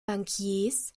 bankiers